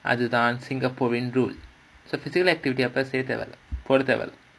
other than singaporean road leh போட தேவையில்ல:poda thevailla